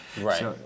right